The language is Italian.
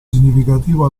significativo